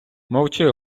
мовчи